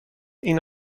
این